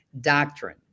doctrine